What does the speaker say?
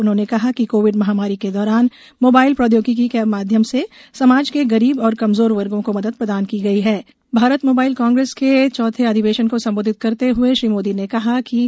उन्होंने कहा कि कोविड महामारी के दौरान मोबाइल प्रौद्योगिकी के माध्यम से समाज के गरीब और कमजोर वर्गो को मदद प्रदान भारत मोबाइल कांग्रेस के चौथे अधिवेशन को संबोधित करते हुए श्री मोदी ने आज कहा की गई